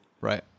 Right